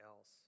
else